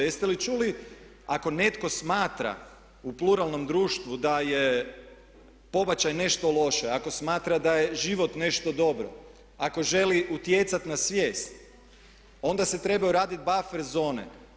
Jeste li čuli ako netko smatra u pluralnom društvu da je pobačaj nešto loše, ako smatra da je život nešto dobro, ako želi utjecati na svijest onda se trebaju raditi buffer zone?